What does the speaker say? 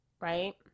right